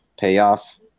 payoff